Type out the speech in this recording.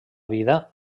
vida